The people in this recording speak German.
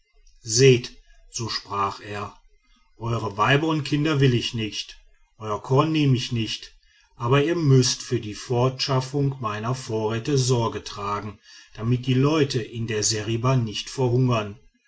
seht so sprach er eure weiber und kinder will ich nicht euer korn nehme ich nicht aber ihr müßt für die fortschaffung meiner vorräte sorge tragen damit die leute in der seriba nicht verhungern